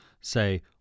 say